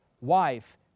wife